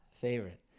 favorite